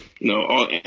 No